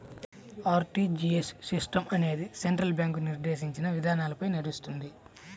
RTGS system అనేది central bank నిర్దేశించిన విధానాలపై నడుస్తుంది